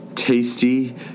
tasty